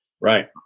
Right